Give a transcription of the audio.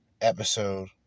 episode